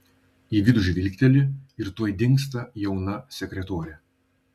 į vidų žvilgteli ir tuoj dingsta jauna sekretorė